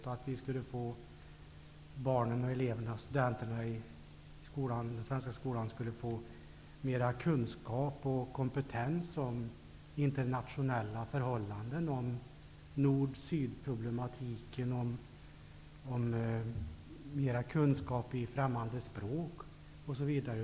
Eleverna i den svenska skolan skulle genom en internationalisering kunna få mer kunskap och kompetens om internationella förhållanden, t.ex. om nord--syd-problematiken, bättre färdighet i främmande språk osv.